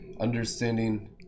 understanding